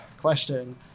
question